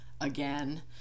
again